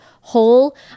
whole